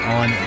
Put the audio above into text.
on